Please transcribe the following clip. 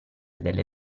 delle